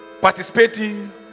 Participating